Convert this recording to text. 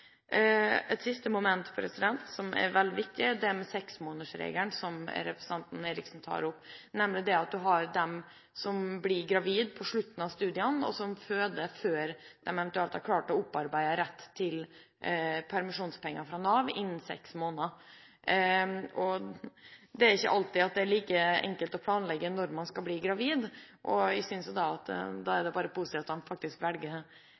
Et siste moment som er veldig viktig, og som representanten Eriksen tar opp, er dette med seksmånedersregelen, nemlig de som blir gravide mot slutten av studiene, og som føder innen seks måneder før de eventuelt har klart å opparbeide rett til permisjonspenger fra Nav. Det er ikke alltid like lett å planlegge når man skal bli gravid. Jeg synes det bare er positivt at en student faktisk velger å få barnet, men da må man også tilrettelegge for at det